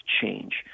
change